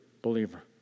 believer